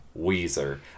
Weezer